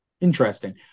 interesting